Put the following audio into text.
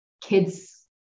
kids